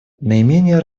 наименее